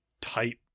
tight